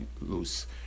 loose